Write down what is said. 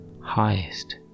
highest